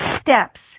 steps